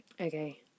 okay